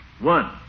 One